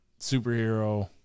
superhero